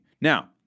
Now